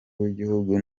w’igihugu